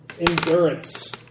endurance